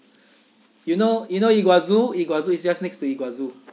you know you know iguazu iguazu it's just next to iguazu